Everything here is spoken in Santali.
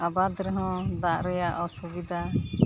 ᱟᱵᱟᱫᱽ ᱨᱮᱦᱚᱸ ᱫᱟᱜ ᱨᱮᱭᱟᱜ ᱚᱥᱩᱵᱤᱫᱟ